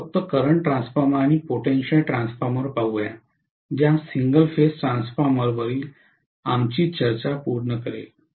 चला फक्त current transformer आणि पोटेंशियल ट्रान्सफॉर्मर पाहुया ज्या सिंगल फेज ट्रान्सफॉर्मर्स वरील आमची चर्चा पूर्ण करेल